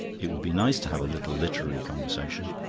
it would be nice to have a little literary conversation.